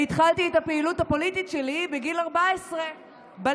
אני התחלתי את הפעילות הפוליטית שלי בגיל 14 בליכוד.